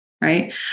right